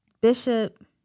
Bishop